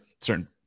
certain